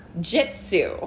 jitsu